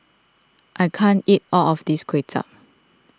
I can't eat all of this Kway Chap